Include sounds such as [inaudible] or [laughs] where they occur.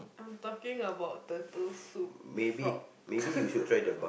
I'm talking about the two soup frog [laughs]